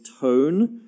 tone